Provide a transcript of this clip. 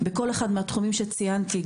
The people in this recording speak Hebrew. בכל אחד מהתחומים שציינתי,